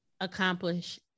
accomplish